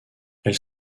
elle